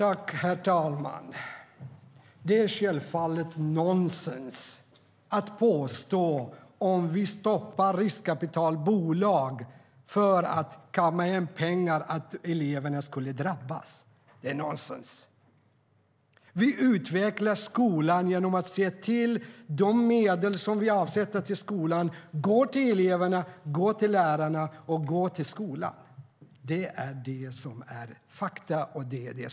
Herr talman! Det är självfallet nonsens att påstå att eleverna drabbas om vi stoppar riskkapitalbolag från att kamma hem pengar. Vi utvecklar skolan genom att se till att de medel som vi avsätter till skolan går till eleverna, lärarna och skolan. Det är fakta, och det är viktigt.